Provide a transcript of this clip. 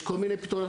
יש כל מיני פתרונות.